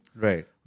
Right